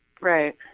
Right